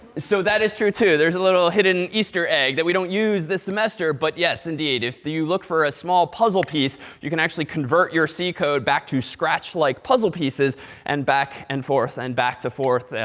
so that is true too. there's a little hidden easter egg that we don't use this semester, but yes indeed. if you look for a small puzzle piece, you can actually convert your c code back to scratch like puzzle pieces and back and forth, and back to forth,